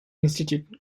institute